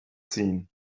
seen